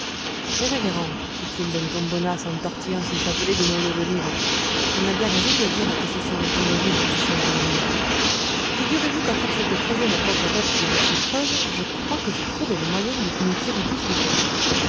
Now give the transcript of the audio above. mes révérends fit-il d'un ton bonasse en tortillant son chapelet de noyaux d'olives on a bien raison de dire que ce sont les tonneaux vides qui chantent le mieux figurez-vous qu'à force de creuser ma pauvre tête déjà si creuse je crois que j'ai trouvé le moyen de nous tirer tous de peine